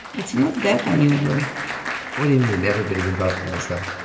it's not that unusual what do you mean, everybody's involved in mossad?